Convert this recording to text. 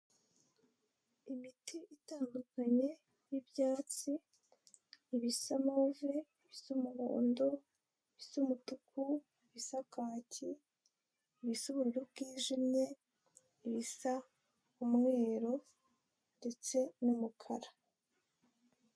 Imiti itandukanye y'ibyatsi ibisa move, ibisa umuhondo, ibisa umutuku, ibisa kaki, ibisa ubururu bwijimye, ibisa umweru ndetse n'umukara.